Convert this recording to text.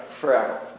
Forever